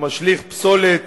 שמשליך פסולת